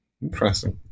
Impressive